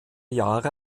jahre